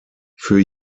für